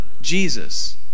Jesus